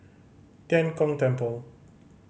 Tian Kong Temple